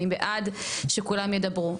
אני בעד שכולם ידברו.